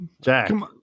Jack